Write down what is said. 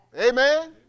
Amen